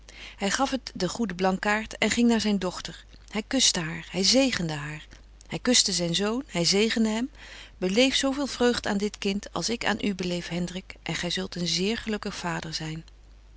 hy gaf het den goeden blankaart en ging naar zyn dochter hy kuschte haar hy zegende haar hy kuschte zyn zoon hy zegende hem beleef zo veel vreugd aan dit kind als ik aan betje wolff en aagje deken historie van mejuffrouw sara burgerhart u beleef hendrik en gy zult een zeer gelukkig vader zyn